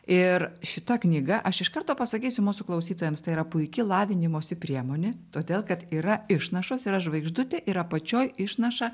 ir šita knyga aš iš karto pasakysiu mūsų klausytojams tai yra puiki lavinimosi priemonė todėl kad yra išnašos yra žvaigždutė ir apačioj išnaša